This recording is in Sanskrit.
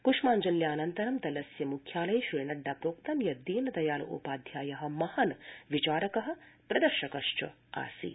कुसुमांज्ल्यानन्तरं दलस्य मुख्यालये श्री नड्डा प्रोक्तं यत् दीनदयाल उपाध्याय महान् विचारक प्रदर्शक आसीत्